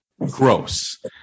gross